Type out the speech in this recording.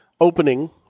opening